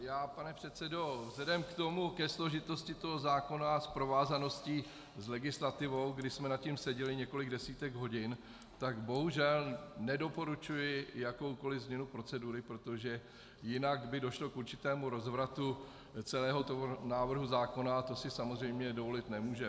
Já, pane předsedo, vzhledem k tomu, ke složitosti toho zákona a s provázaností s legislativou, kdy jsme nad tím seděli několik desítek hodin, bohužel nedoporučuji jakoukoli změnu procedury, protože jinak by došlo k určitému rozvratu celého toho návrhu zákona a to si samozřejmě dovolit nemůžeme.